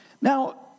Now